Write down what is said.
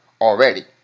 already